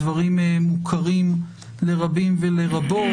דברים מוכרים לרבים ולרבות,